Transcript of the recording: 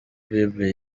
bible